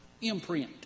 imprint